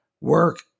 work